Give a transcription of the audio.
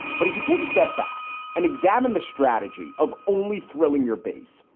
but if you take a step back and examine the strategy of only thrilling your base,